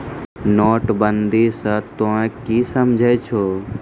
नोटबंदी स तों की समझै छौ